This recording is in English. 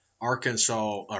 Arkansas